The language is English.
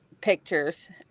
pictures